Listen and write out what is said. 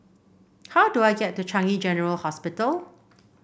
how do I get to Changi General Hospital